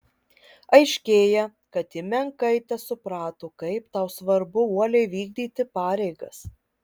aiškėja kad ji menkai tesuprato kaip tau svarbu uoliai vykdyti pareigas